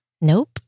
Nope